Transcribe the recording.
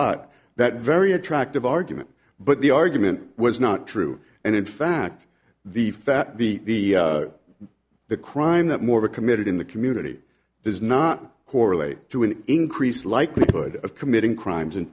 rebut that very attractive argument but the argument was not true and in fact the fat the the crime that more were committed in the community does not correlate to an increased likelihood of committing crimes in